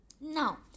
Now